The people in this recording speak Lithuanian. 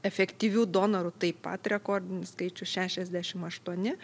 efektyvių donorų taip pat rekordinis skaičius šešiasdešimt aštuoni